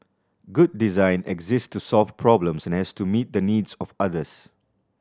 good design exists to solve problems and has to meet the needs of others